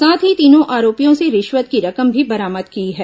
साथ ही तीनों आरोपियों से रिश्वत की रकम भी बरामद की है